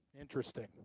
Interesting